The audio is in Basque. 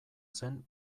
zen